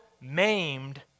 maimed